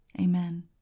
Amen